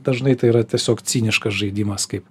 dažnai tai yra tiesiog ciniškas žaidimas kaip